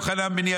יוחנן בני,